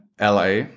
LA